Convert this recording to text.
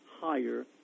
higher